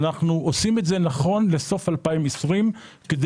אנחנו עושים את זה נכון לסוף 2020 כדי